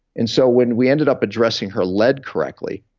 and so when we ended up addressing her lead correctly,